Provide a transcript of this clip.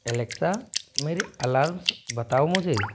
Alexa मेरे alarms बताओ मुझे